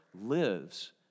lives